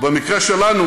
ובמקרה שלנו,